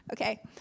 Okay